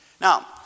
Now